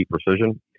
precision